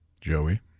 Joey